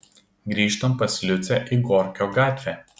grįžtam pas liucę į gorkio gatvę